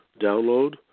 download